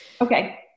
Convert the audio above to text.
Okay